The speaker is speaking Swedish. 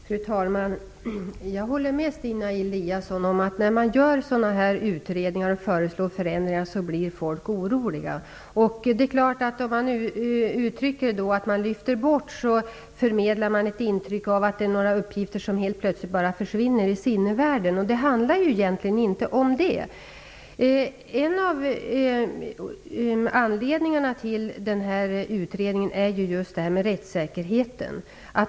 Fru talman! Jag håller med Stina Eliasson om att när man gör utredningar och föreslår förändringar blir folk oroliga. Om man nu uttrycker det så att verksamheter lyfts bort, förmedlar man ett intryck av att några uppgifter helt plötsligt försvinner i sinnevärlden. Det handlar egentligen inte om det. En av anledningarna till utredningen är att garantera rättssäkerheten.